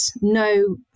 no